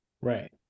Right